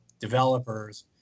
developers